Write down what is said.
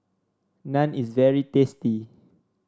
Naan is very tasty